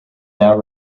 now